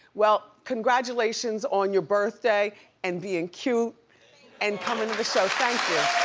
well, congratulations on your birthday and being cute and coming to the show. thank you.